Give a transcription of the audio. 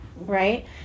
right